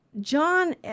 John